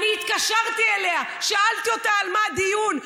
אני התקשרתי אליה, שאלתי אותה על מה הדיון.